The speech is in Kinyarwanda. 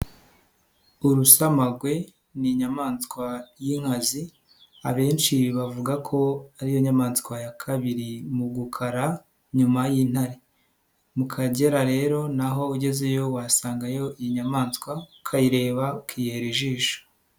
Urushamagwe ni inyamaswa y'inkazi, abenshi bavuga ko ariyo nyamaswa ya kabiri mu gukara, nyuma y'intare. Mu Kagera rero na ho ugezeyo wasangayo iyi nyayamaswa, ukayireba, ukihera ijisho.